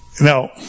Now